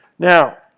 now,